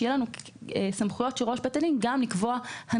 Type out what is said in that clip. שיהיו לנו סמכויות של ראש בית הדין גם לקבוע הנחיות,